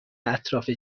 اطراف